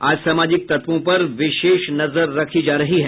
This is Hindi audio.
असामाजिक तत्वों पर विशेष नजर रखी जा रही है